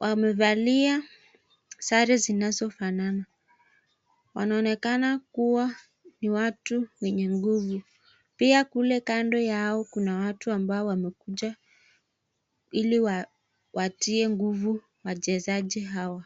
Wamevaa sare zinazofanana. Wanaonekana kuwa ni watu wenye nguvu. Pia kule kando yao kuna watu ambao wamekuja ili wawatie nguvu wachezaji hawa.